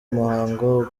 umuhango